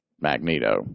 Magneto